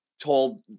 told